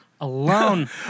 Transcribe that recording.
Alone